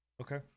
okay